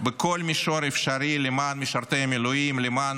בכל מישור אפשרי למען משרתי המילואים, למען